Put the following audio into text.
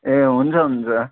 ए हुन्छ हुन्छ